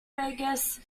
vegas